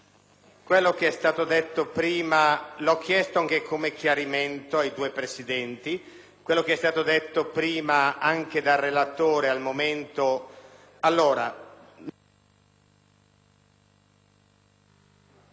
*(PD)*. Non è un problema di voce, ma di microfono, Presidente. Noi non abbiamo protestato su un fatto abbastanza inconsueto e cioè che il relatore abbia presentato